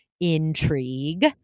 intrigue